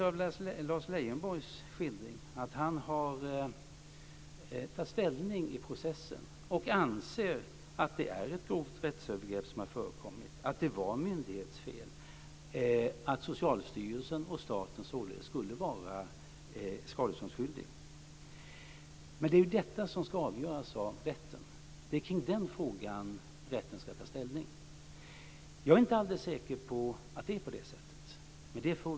Av Lars Leijonborgs skildring förstår jag att han har tagit ställning i processen och anser att det är ett grovt rättsövergrepp som har förekommit, att det var myndighetsfel och att Socialstyrelsen och staten således skulle vara skadeståndsskyldiga. Men det är ju detta som ska avgöras av rätten. Det är den frågan rätten ska ta ställning till. Jag är inte alldeles säker på att det är på det här sättet.